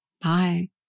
bye